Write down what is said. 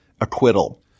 acquittal